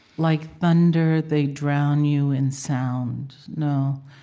like thunder they drown you in sound, no,